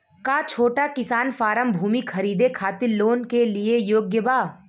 का छोटा किसान फारम भूमि खरीदे खातिर लोन के लिए योग्य बा?